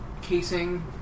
casing